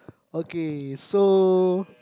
okay so